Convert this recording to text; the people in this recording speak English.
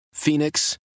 Phoenix